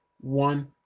one